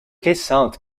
récente